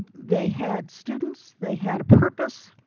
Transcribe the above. they had students, they had a purpose,